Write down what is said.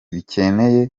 bikeneye